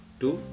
two